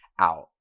out